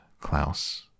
Klaus